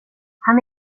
han